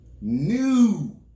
new